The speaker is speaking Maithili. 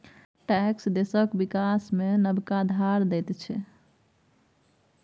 टैक्स देशक बिकास मे नबका धार दैत छै